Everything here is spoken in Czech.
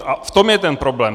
A v tom je ten problém.